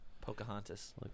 Pocahontas